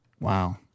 Wow